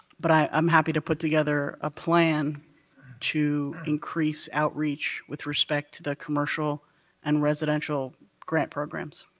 but i'm um happy to put together a plan to increase outreach with respect to the commercial and residential grant programs.